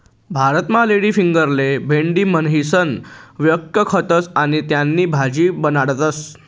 भारतमा लेडीफिंगरले भेंडी म्हणीसण व्यकखतस आणि त्यानी भाजी बनाडतस